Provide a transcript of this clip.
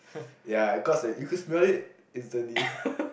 ya cause like you could smell it instantly